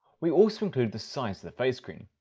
we also include the size of the phase screen.